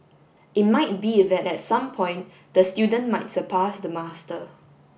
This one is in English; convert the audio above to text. it might be that at some point the student might surpass the master